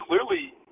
clearly